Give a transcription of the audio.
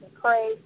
pray